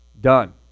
done